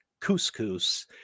couscous